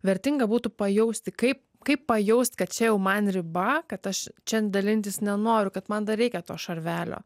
vertinga būtų pajausti kaip kaip pajaust kad čia jau man riba kad aš čia dalintis nenoriu kad man dar reikia to šarvelio